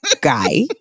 guy